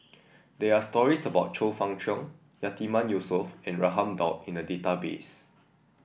there are stories about Chong Fah Cheong Yatiman Yusof and Raman Daud in the database